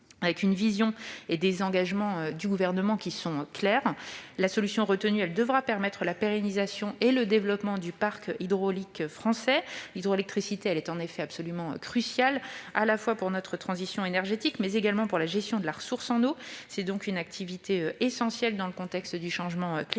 La vision et les engagements du Gouvernement sont clairs : la solution retenue devra permettre la pérennisation et le développement du parc hydraulique français. L'hydroélectricité est en effet absolument cruciale pour notre transition énergétique, mais également pour la gestion de la ressource en eau. C'est donc une activité essentielle dans le contexte du changement climatique.